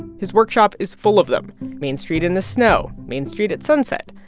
his workshop is full of them main street in the snow, main street at sunset,